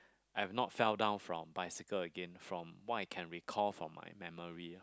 I've not fell down from bicycle again from what I can recall from my memory